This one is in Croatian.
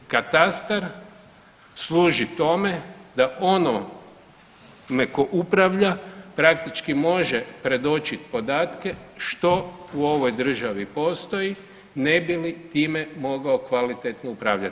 Katastar služi tome da onome tko upravlja praktički može predočit podatke što u ovoj državi postoji ne bi li time mogao kvalitetno upravljati.